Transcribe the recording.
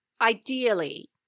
ideally